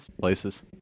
places